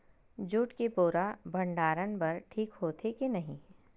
Jute के बोरा भंडारण बर ठीक होथे के नहीं?